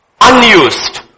unused